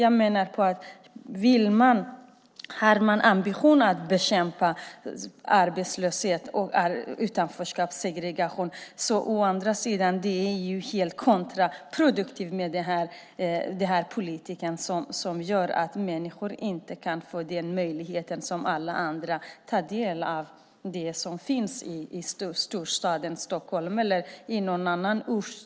Om man har ambitionen att bekämpa arbetslöshet, utanförskap och segregation är det kontraproduktivt med en politik som gör att människor inte kan få möjlighet att ta del av det som finns i storstaden Stockholm eller någon annan ort.